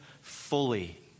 fully